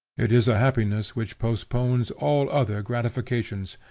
it is a happiness which postpones all other gratifications,